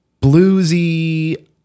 bluesy